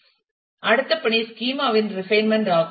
அடுத்த பணி ஸ்கீமா இன் ரிபைன்மென்ட் ஆகும்